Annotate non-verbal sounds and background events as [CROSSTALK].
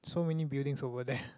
so many buildings over there [BREATH]